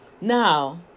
Now